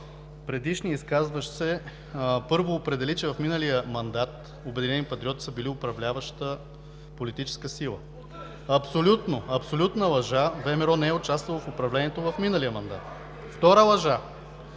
Предишният изказващ се първо определи, че в миналия мандат „Обединени патриоти“ са били управляваща политическа сила. (Реплики от ОП.) Абсолютна, абсолютна лъжа, ВМРО не е участвала в управлението в миналия мандат. Втора лъжа